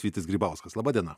vytis grybauskas laba diena